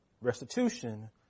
restitution